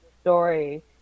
story